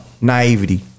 naivety